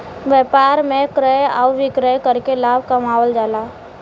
व्यापार में क्रय आउर विक्रय करके लाभ कमावल जाला